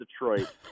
Detroit